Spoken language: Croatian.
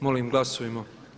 Molim glasujmo.